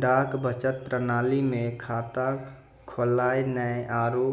डाक बचत प्रणाली मे खाता खोलनाय आरु